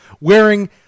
wearing